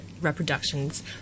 reproductions